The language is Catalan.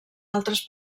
altres